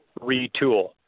retool